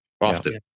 Often